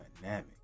dynamic